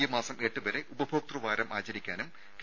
ഈ മാസം എട്ട് വരെ ഉപഭോക്തൃവാരം ആചരിക്കാനും കെ